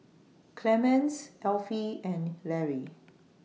Clemence Elfie and Larry